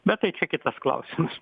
bet tai čia kitas klausimas